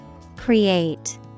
Create